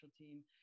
Team